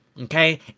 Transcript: okay